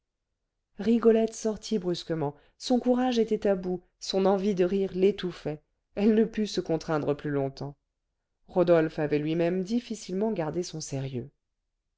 rigolette sortit brusquement son courage était à bout son envie de rire l'étouffait elle ne put se contraindre plus longtemps rodolphe avait lui-même difficilement gardé son sérieux